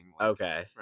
Okay